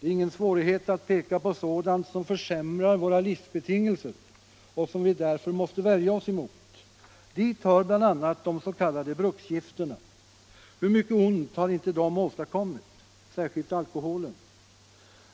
Det är ingen svårighet att peka på sådant som försämrar våra livsbetingelser och som vi därför måste värja oss emot. Dit hör bl.a. de s.k. bruksgifterna. Hur mycket ont har inte de åstadkommit? Jag tänker särskilt på alkoholen.